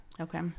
okay